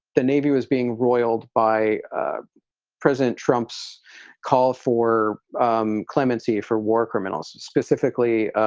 the navy was being roiled by president trump's call for um clemency for war criminals. specifically,